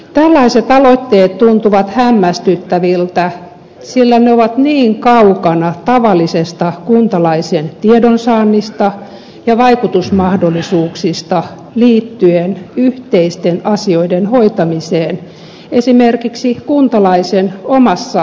tällaiset aloitteet tuntuvat hämmästyttäviltä sillä ne ovat niin kaukana tavallisesta kuntalaisen tiedonsaannista ja vaikutusmahdollisuuksista liittyen yhteisten asioiden hoitamiseen esimerkiksi kuntalaisen omassa asuinkunnassa